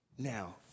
Now